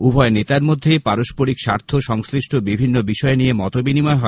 উভয় নেতার মধ্যে পারস্পরিক স্বার্থ সংশ্লিষ্ট বিভিন্ন বিষয় নিয়ে মত বিনিময় হয়